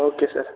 okay sir